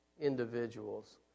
individuals